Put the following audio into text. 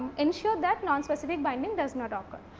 ensure that nonspecific binding does not occur.